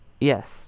Yes